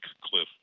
Cliff